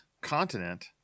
continent